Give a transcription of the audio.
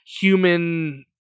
human